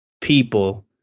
people